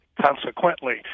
Consequently